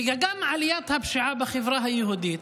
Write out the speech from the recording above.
וגם עליית הפשיעה בחברה היהודית,